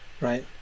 right